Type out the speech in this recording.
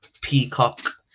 peacock